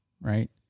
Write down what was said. right